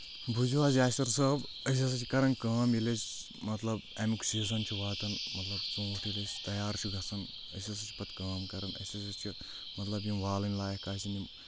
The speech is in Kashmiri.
بوٗزِو حظ یاصِر صٲب أسۍ ہسا چھِ کران کٲم ییٚلہِ أسۍ مطلب امیُک سیٖزن چھُ واتان مطلب ژوٗنٛٹھۍ ییٚلہِ أسۍ تَیار چھُ گژھان أسۍ ہَسا چھِ پَتہٕ کٲم کَران أسۍ ہَسا چھِ مطلب یِم والٕنۍ لایق آسن یِم